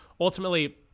ultimately